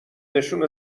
نشون